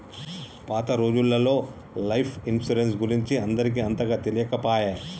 పాత రోజులల్లో life insurance గురించి అందరికి అంతగా తెలియకపాయె